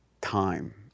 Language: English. time